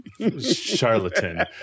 charlatan